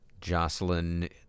Jocelyn